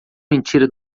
mentira